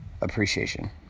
appreciation